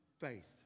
faith